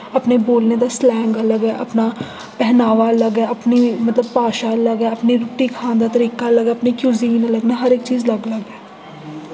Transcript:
अपने बोलने दा स्लैंग अलग ऐ अपना पैहनावा अलग ऐ अपनी मतलब भाशा अलग ऐ अपनी रुट्टी खान दा तरीका अलग ऐ अपनी क्यूसीन अलग मतलब हर एक चीज अलग अलग ऐ